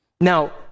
Now